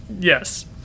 yes